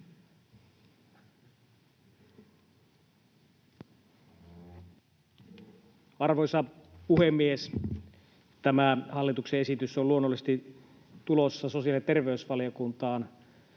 Arvoisa puhemies! Tämä hallituksen esitys on luonnollisesti tulossa sosiaali‑ ja terveysvaliokuntaan